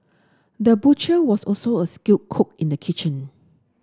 the butcher was also a skilled cook in the kitchen